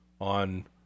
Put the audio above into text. on